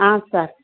sir